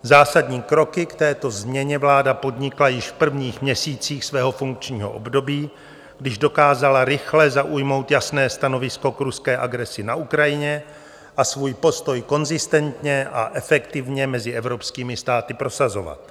Zásadní kroky k této změně vláda podnikla již v prvních měsících svého funkčního období, když dokázala rychle zaujmout jasné stanovisko k ruské agresi na Ukrajině a svůj postoj konzistentně a efektivně mezi evropskými státy prosazovat.